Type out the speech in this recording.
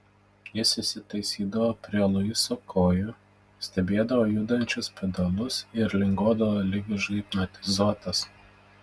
jis įsitaisydavo prie luiso kojų stebėdavo judančius pedalus ir linguodavo lyg užhipnotizuotas